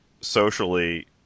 socially